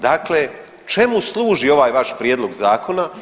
Dakle, čemu služi ovaj vaš prijedlog zakona?